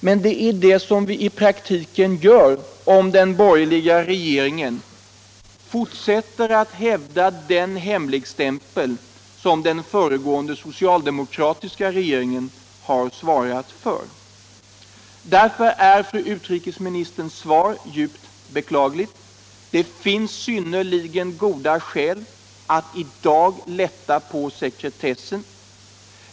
Med detta gör vi i praktiken om den borgerliga regeringen fortsätter att hävda den hemligstämpel som den föregående, socialdemokratiska regeringen har svarat för. Därför är fru utrikesministerns svar djupt beklagligt. Det finns synnerligen goda skäl att i dag lätta på sekretessen.